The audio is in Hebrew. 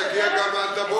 תגיע גם עד הבוקר.